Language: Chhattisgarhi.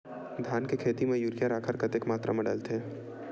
धान के खेती म यूरिया राखर कतेक मात्रा म डलथे?